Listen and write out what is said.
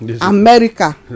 america